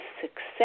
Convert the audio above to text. success